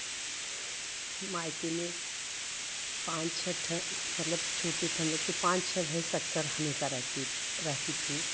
मायके में पाच छह थे मतलब छोटे थे हम लोग थे पाँच छह भैंस अक्सर हमेशा रहती रहती थीं